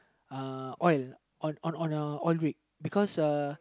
a oil on on one a oil because uh